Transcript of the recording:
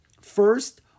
First